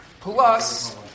plus